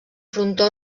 frontó